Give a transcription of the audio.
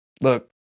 Look